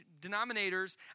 denominators